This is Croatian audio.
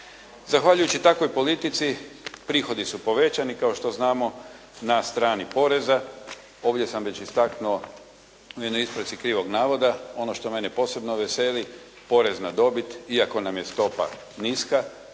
Zahvaljujući takvoj politici prihodi su povećani kao što znamo na strani poreza. Ovdje sam već istaknuo u jednoj ispravci krivog navoda, ono što mene posebno veseli porez na dobit. Iako nam je stopa niska,